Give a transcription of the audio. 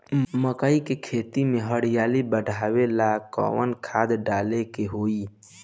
मकई के खेती में हरियाली बढ़ावेला कवन खाद डाले के होई?